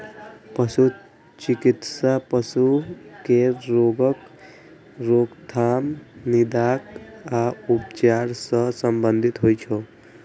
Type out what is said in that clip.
पशु चिकित्सा पशु केर रोगक रोकथाम, निदान आ उपचार सं संबंधित होइ छै